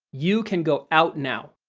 you can go out now.